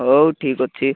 ହଉ ଠିକ୍ ଅଛି